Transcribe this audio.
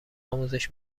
آموزش